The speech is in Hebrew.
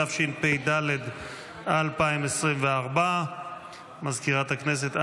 התשפ"ד 2024. סגנית מזכיר הכנסת,